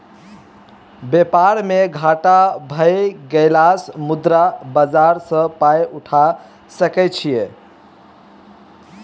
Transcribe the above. बेपार मे घाटा भए गेलासँ मुद्रा बाजार सँ पाय उठा सकय छी